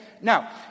Now